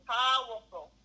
powerful